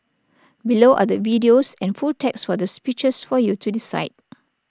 below are the videos and full text for the speeches for you to decide